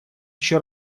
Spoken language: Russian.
еще